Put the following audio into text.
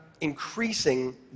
increasing